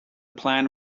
plan